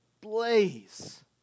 blaze